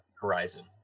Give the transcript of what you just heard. horizon